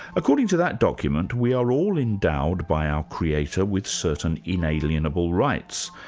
according to that document, we are all endowed by our creator with certain inalienable rights,